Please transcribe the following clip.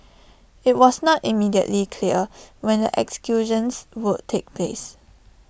IT was not immediately clear when the executions would take place